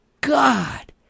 God